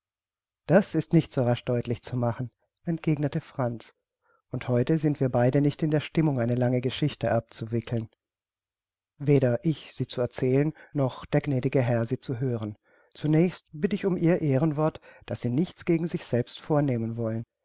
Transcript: das ist nicht so rasch deutlich zu machen entgegnete franz und heute sind wir beide nicht in der stimmung eine lange geschichte abzuwickeln weder ich sie zu erzählen noch der gnädige herr sie zu hören zunächst bitt ich um ihr ehrenwort daß sie nichts gegen sich selbst vornehmen wollen